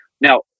Now